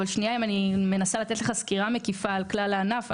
אבל אם אני מנסה לתת לך סקירה מקיפה על כל הענף,